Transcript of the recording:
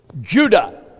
Judah